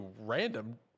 random